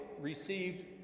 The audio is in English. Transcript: received